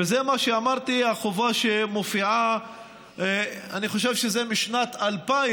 וזה מה שאמרתי, החובה שמופיעה משנת 2000,